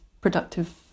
productive